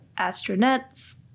astronauts